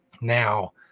Now